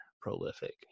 Prolific